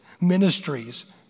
Ministries